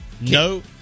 No